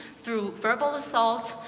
through verbal assault,